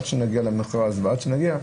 עד שנגיע למכרז ועד שנגיע,